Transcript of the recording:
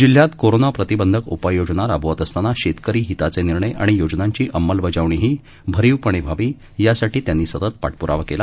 जिल्ह्यातकोरोनाप्रतिबंधकउपाययोजनाराबवतअसतानाशेतकरीहिताचेनिर्णयआणियोजनांचीअंमलबजाव णीहीभरीवपणेव्हावीयासाठीत्यांनीसततपाठप्रावाकेला